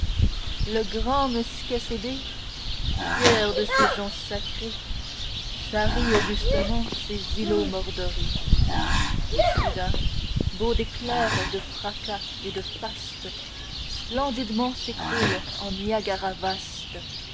le grand meschascébé fier de ses joncs sacrés charrie augustement ses îlots mordorés et soudain beau d'éclairs de fracas et de fastes splendidement s'écroule en niagaras vastes